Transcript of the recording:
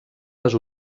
les